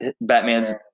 Batman's